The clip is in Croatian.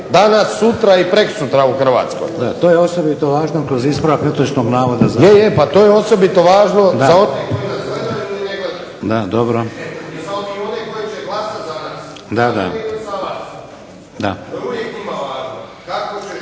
danas, sutra i prekosutra u Hrvatskoj.